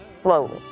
slowly